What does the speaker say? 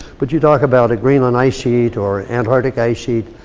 but you talk about a greenland ice sheet, or antarctic ice sheet.